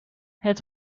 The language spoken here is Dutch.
het